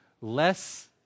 less